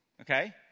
Okay